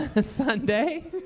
Sunday